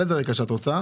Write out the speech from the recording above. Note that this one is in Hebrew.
על איזה רקע שאת רוצה,